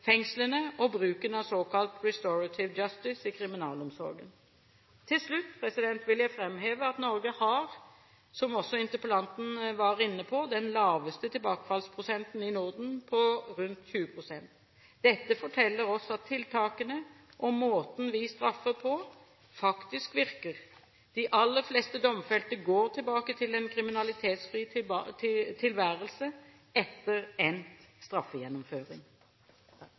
fengslene og bruken av såkalt «restorative justice» i kriminalomsorgen. Til slutt vil jeg framheve at Norge har – som også interpellanten var inne på – den laveste tilbakefallsprosenten i Norden, på rundt 20 pst. Dette forteller oss at tiltakene og måten vi straffer på, faktisk virker. De aller fleste domfelte går tilbake til en kriminalitetsfri tilværelse etter endt straffegjennomføring.